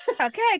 Okay